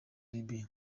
libya